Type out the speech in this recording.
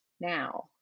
now